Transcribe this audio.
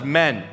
men